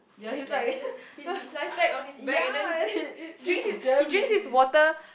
like like he is he he lies back on his back and then he just drinks his he drinks his water